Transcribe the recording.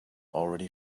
already